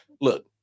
Look